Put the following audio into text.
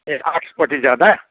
ए आर्ट्सपट्टि जाँदा